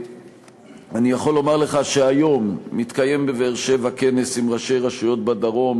אני יכול לומר לך שהיום מתקיים בבאר-שבע כנס עם ראשי רשויות בדרום